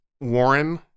Warren